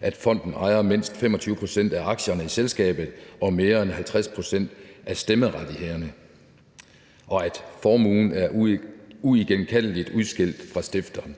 at fonden ejer mindst 25 pct. af aktierne i selskabet og mere end 50 pct. af stemmerettighederne; og at formuen er uigenkaldeligt udskilt fra stifteren;